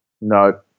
No